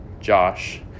Josh